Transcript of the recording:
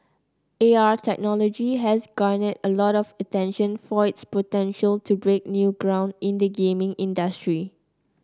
A R technology has garnered a lot of attention for its potential to break new ground in the gaming industry